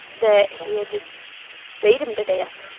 that he had just beat him to death.